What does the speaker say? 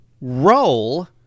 roll